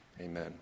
Amen